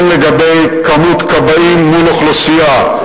הן לגבי מספר כבאים מול אוכלוסייה,